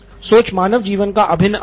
सोचना मानव जीवन का अभिन्न अंग है